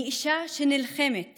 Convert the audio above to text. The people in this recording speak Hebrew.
אני אישה שנלחמת